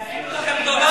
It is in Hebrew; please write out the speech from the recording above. ועשינו לכם טובה, מפה.